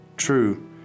true